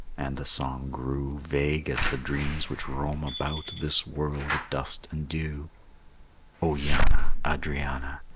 and the song grew vague as the dreams which roam about this world of dust and dew o yanna, adrianna,